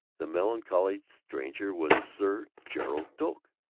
the melancholy stranger was sir gerald doak.